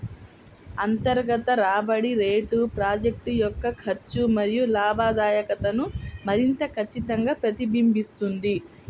అంతర్గత రాబడి రేటు ప్రాజెక్ట్ యొక్క ఖర్చు మరియు లాభదాయకతను మరింత ఖచ్చితంగా ప్రతిబింబిస్తుంది